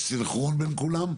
יש סנכרון בין כולם?